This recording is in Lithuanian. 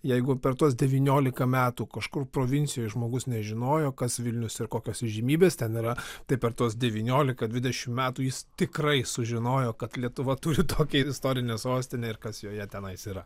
jeigu per tuos devyniolika metų kažkur provincijoj žmogus nežinojo kas vilnius ir kokios įžymybės ten yra tai per tuos devyniolika dvidešimt metų jis tikrai sužinojo kad lietuva turi tokią istorinę sostinę ir kas joje tenais yra